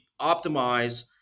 optimize